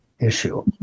issue